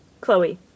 Chloe